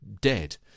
dead